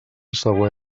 següent